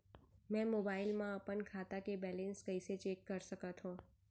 मैं मोबाइल मा अपन खाता के बैलेन्स कइसे चेक कर सकत हव?